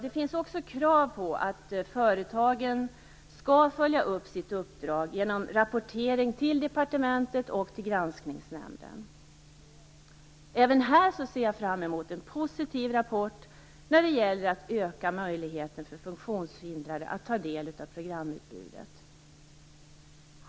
Det finns också krav på att företagen skall följa upp sitt uppdrag genom rapportering till departementet och till Granskningsnämnden. Även här ser jag fram emot en positiv rapport i fråga om att öka möjligheterna för funktionshindrade att ta del av programutbudet.